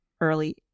early